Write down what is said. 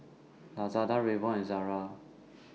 Lazada Revlon and Zara